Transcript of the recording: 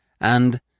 and—